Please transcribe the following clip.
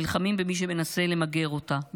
נלחמים במי שמנסה למגר אותה,